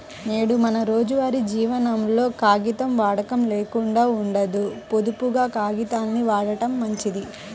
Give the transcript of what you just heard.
నేడు మన రోజువారీ జీవనంలో కాగితం వాడకం లేకుండా ఉండదు, పొదుపుగా కాగితాల్ని వాడటం మంచిది